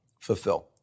fulfill